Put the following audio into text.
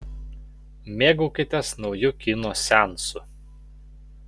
mėgaukitės nauju kino seansu